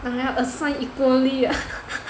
assigned equally